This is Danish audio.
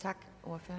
Kiær (KF):